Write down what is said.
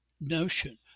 notion